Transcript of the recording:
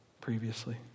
previously